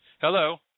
Hello